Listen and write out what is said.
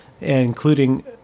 including